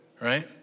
right